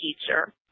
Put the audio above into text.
teacher